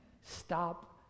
Stop